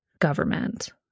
government